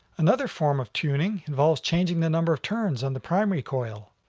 another form of tuning involves changing the number of turns on the primary coil.